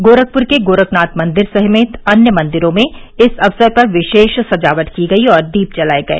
गोरखपुर के गोरखनाथ मंदिर समेत अन्य मंदिरों में इस अवसर पर विशेष सजावट की गयी और दीप जलाए गए